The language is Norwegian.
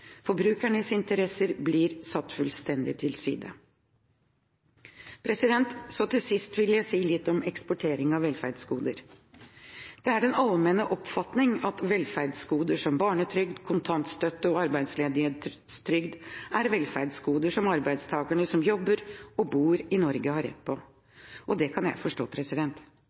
Forbrukernes interesser blir satt fullstendig til side Så til sist vil jeg si litt om eksport av velferdsgoder. Det er den allmenne oppfatning at velferdsgoder som barnetrygd, kontantstøtte og arbeidsledighetstrygd er velferdsgoder som arbeidstakerne som jobber og bor i Norge, har rett på. Det kan jeg forstå.